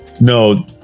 no